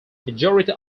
majority